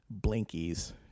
blinkies